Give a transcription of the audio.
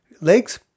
legs